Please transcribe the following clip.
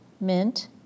mint